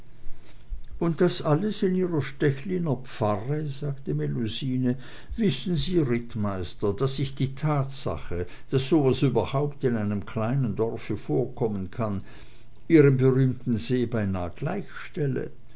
und das alles in ihrer stechliner pfarre sagte melusine wissen sie rittmeister daß ich die tatsache daß so was überhaupt in einem kleinen dorfe vorkommen kann ihrem berühmten see beinah gleichstelle